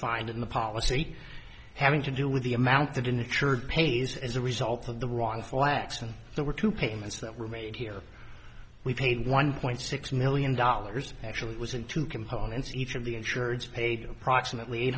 the policy having to do with the amount that in the church pays as a result of the wrong flaxen there were two payments that were made here we paid one point six million dollars actually it was in two components each of the insurance paid to approximately eight